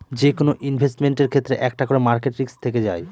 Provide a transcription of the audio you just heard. যেকোনো ইনভেস্টমেন্টের ক্ষেত্রে একটা করে মার্কেট রিস্ক থেকে যায়